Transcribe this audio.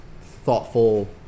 thoughtful